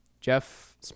jeff